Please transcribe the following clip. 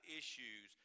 issues